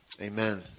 amen